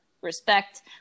respect